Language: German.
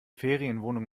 ferienwohnung